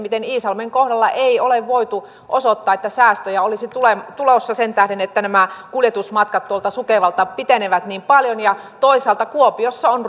miten iisalmen kohdalla ei ole voitu osoittaa että säästöjä olisi tulossa sen tähden että kuljetusmatkat sukevalta pitenevät niin paljon ja toisaalta kuopiossa on